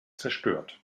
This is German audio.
zerstört